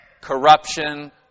Corruption